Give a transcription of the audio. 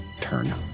turn